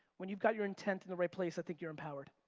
when you've got your intent in the right place, i think you're empowered.